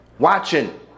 watching